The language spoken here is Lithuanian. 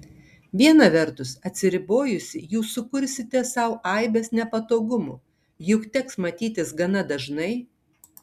viena vertus atsiribojusi jūs sukursite sau aibes nepatogumų juk teks matytis gana dažnai